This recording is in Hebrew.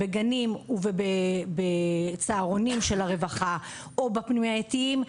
בגנים ובצהרונים של הרווחה או בפנימייתיים,